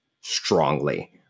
strongly